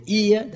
ear